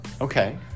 Okay